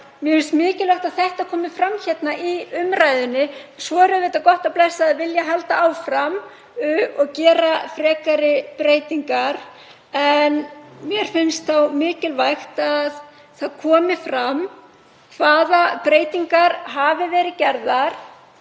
Mér finnst mikilvægt að þetta komi fram hérna í umræðunni. Svo er auðvitað gott og blessað að vilja halda áfram og gera frekari breytingar. En mér finnst mikilvægt að það komi fram hvaða breytingar hafi verið gerðar